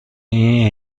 این